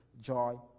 joy